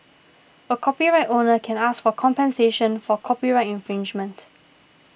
a copyright owner can ask for compensation for copyright infringement